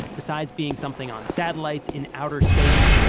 besides being something on satellites in outer space,